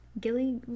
Gilly